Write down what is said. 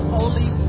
holy